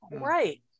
Right